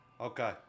Okay